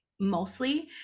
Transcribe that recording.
mostly